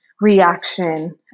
reaction